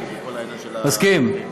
מסכים.